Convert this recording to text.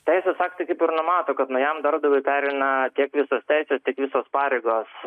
teisės aktai numato kad naujam darbdaviui pereina tiek visos teisės tiek visos pareigos